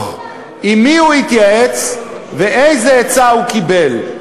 עם מי הוא התייעץ ואיזו עצה הוא קיבל.